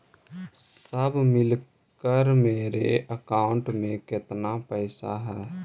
सब मिलकर मेरे अकाउंट में केतना पैसा है?